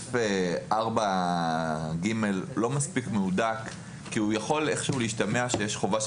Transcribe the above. שסעיף 4(ג) לא מספיק מהודק כי יכול איכשהו להשתמע שיש חובה של